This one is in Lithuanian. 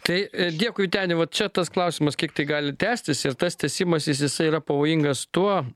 tai dėkui vyteni va čia tas klausimas kiek tai gali tęstis ir tas tęsimasis jisai yra pavojingas tuo